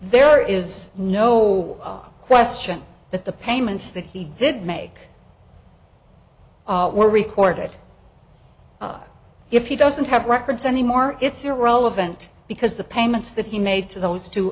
there is no question that the payments that he did make were recorded or if he doesn't have records anymore it's irrelevant because the payments that he made to those two